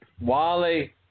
Wally